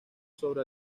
sobre